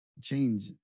change